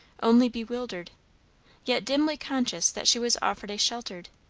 only bewildered yet dimly conscious that she was offered a shelter,